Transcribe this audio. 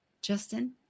Justin